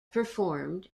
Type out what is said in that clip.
performed